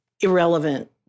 irrelevant